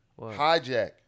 Hijack